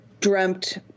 dreamt